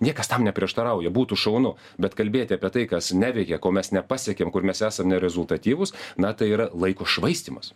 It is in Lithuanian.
niekas tam neprieštarauja būtų šaunu bet kalbėti apie tai kas neveikia ko mes nepasiekėm kur mes esam nerezultatyvūs na tai yra laiko švaistymas